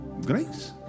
Grace